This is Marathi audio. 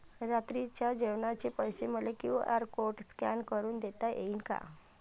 रात्रीच्या जेवणाचे पैसे मले क्यू.आर कोड स्कॅन करून देता येईन का?